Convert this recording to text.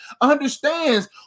understands